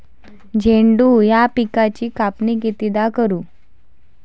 झेंडू या पिकाची कापनी कितीदा करू?